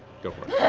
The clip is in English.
go for it.